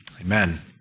Amen